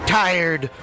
tired